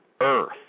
earth